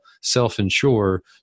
self-insure